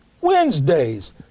Wednesdays